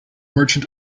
merchant